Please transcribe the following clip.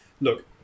look